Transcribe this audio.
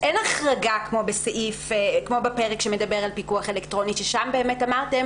אין החרגה כמו בפרק שמדבר על פיקוח אלקטרוני שם באמת אמרתם